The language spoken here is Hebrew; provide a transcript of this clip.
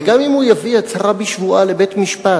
וגם אם הוא יביא הצהרה בשבועה מבית-משפט,